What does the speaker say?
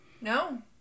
No